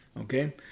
Okay